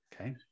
Okay